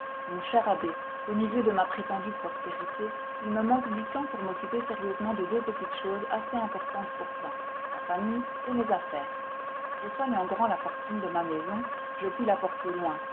mon cher abbé au milieu de ma prétendue prospérité il me manque du temps pour m'occuper sérieusement de deux petites choses assez importantes pourtant ma famille et mes affaires je soigne en grand la fortune de ma maison je puis la porter loin